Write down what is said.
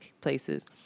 places